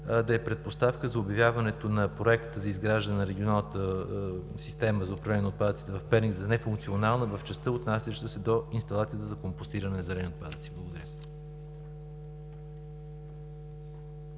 да е предпоставка за обявяването на проект за изграждане на регионалната система за управление на отпадъците в Перник за нефункционална в частта, отнасяща се до инсталацията за компостиране на зелени отпадъци. Благодаря.